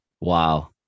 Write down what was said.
Wow